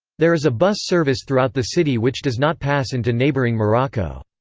there is a bus service throughout the city which does not pass into neighboring morocco.